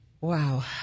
Wow